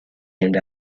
aimed